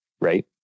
Right